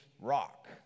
rock